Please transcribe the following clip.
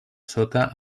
sota